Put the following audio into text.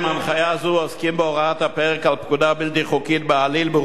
עוסקים בהוראת הפרק על פקודה בלתי חוקית בעליל באירועי כפר-קאסם,